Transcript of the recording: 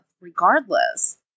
regardless